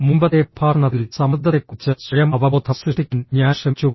മുമ്പത്തെ പ്രഭാഷണത്തിൽ സമ്മർദ്ദത്തെക്കുറിച്ച് സ്വയം അവബോധം സൃഷ്ടിക്കാൻ ഞാൻ ശ്രമിച്ചു